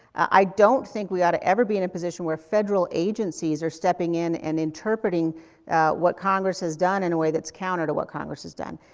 i don't think we ought to ever be in a position where federal agencies are stepping in and interpreting what congress has done in a way that's counter to what congress has done.